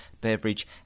beverage